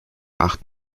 acht